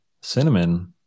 cinnamon